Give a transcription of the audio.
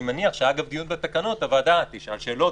אני מניח שאגב דיון בתקנות הוועדה תשאל שאלות,